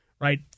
right